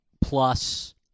plus